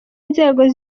inzego